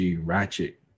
Ratchet